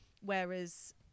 Whereas